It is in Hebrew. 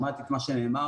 שמעתי את מה שנאמר,